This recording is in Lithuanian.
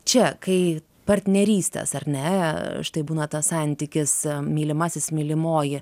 čia kai partnerystės ar ne štai būna tas santykis mylimasis mylimoji